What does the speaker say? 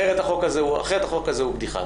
אחרת החוק הזה הוא בדיחה,